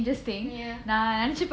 ya